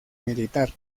militar